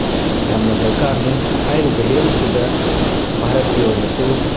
ꯌꯥꯝꯅ ꯗꯔꯀꯥꯔꯅꯤ ꯍꯥꯏꯔꯤꯕ ꯍꯤꯔꯝꯁꯤꯗ ꯚꯥꯔꯠꯀꯤ ꯑꯣꯏꯅꯁꯨ